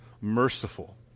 merciful